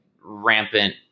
rampant